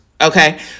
Okay